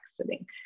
sitting